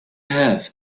have